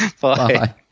Bye